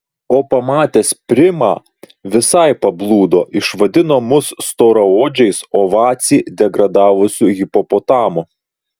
o pamatęs primą visai pablūdo išvadino mus storaodžiais o vacį degradavusiu hipopotamu